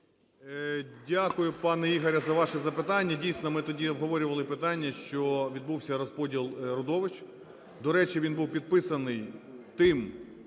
Дякую, пане Ігоре, за ваше запитання. Дійсно, ми тоді обговорювали питання, що відбувся розподіл родовищ. До речі, він був підписаний тим